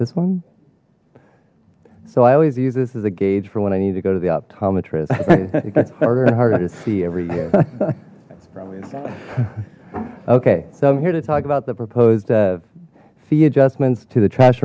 this one so i always use this as a gauge for when i need to go to the optometrist that's harder to see every day okay so i'm here to talk about the proposed of fee adjustments to the trash